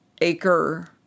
acre